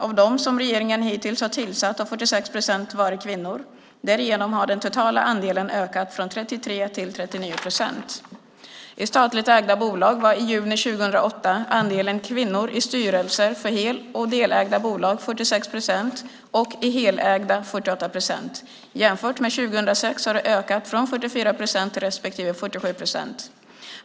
Av dem som regeringen hittills har tillsatt har 46 procent varit kvinnor. Därigenom har den totala andelen ökat från 33 till 39 procent. I statligt ägda bolag var i juni 2008 andelen kvinnor i styrelser för hel och delägda bolag 46 procent och i helägda 48 procent. Jämfört med 2006 har det ökat från 44 procent respektive 47 procent.